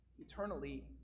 eternally